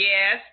Yes